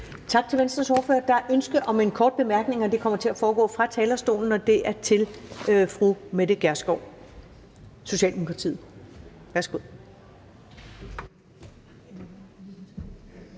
Tak til Venstres ordfører. Der er ønske om en kort bemærkning. Den kommer til at foregå fra talerstolen, og den er fra fru Mette Gjerskov, Socialdemokratiet. Værsgo